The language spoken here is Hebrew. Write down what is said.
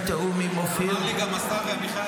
בתיאום עם אופיר --- אמר לי גם השר עמיחי